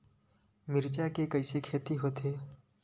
मिर्च के कइसे खेती होथे?